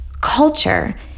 Culture